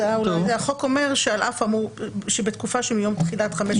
החוק אומר שבתקופה שמיום תחילת חמש השנים